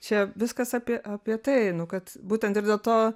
čia viskas apie apie tai nu kad būtent ir dėl to